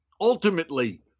ultimately